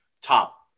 top